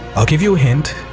i'll give you a hint.